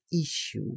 issue